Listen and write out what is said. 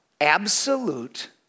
absolute